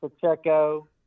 Pacheco